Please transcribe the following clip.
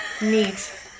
Neat